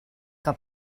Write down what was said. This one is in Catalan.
que